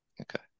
okay